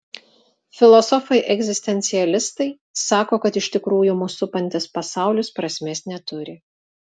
filosofai egzistencialistai sako kad iš tikrųjų mus supantis pasaulis prasmės neturi